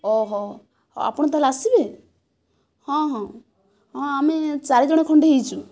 ଓହୋ ଆପଣ ତା'ହେଲେ ଆସିବେ ହଁ ହଁ ଆମେ ଚାରିଜଣ ଖଣ୍ଡେ ହୋଇଛୁ